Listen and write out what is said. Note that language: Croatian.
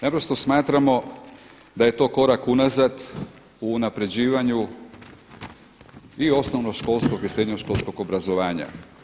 Naprosto smatramo da je to korak unazad u unapređivanju i osnovnoškolskog i srednjoškolskog obrazovanja.